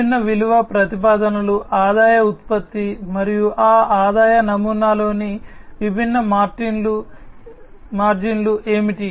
విభిన్న విలువ ప్రతిపాదనలు ఆదాయ ఉత్పత్తి మరియు ఆ ఆదాయ నమూనాలోని విభిన్న మార్జిన్లు ఏమిటి